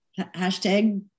Hashtag